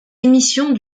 émissions